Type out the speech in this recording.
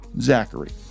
Zachary